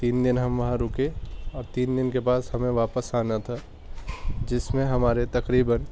تین دن ہم وہاں رکے اور تین دن کے بعد ہمیں واپس آنا تھا جس میں ہمارے تقریباً